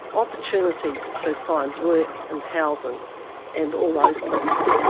opportunities to find work and housing and all those things.